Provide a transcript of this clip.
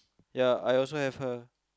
yep I also have her